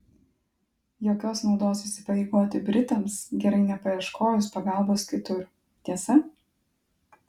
jokios naudos įsipareigoti britams gerai nepaieškojus pagalbos kitur tiesa